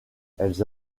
elles